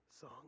song